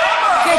לא, למה?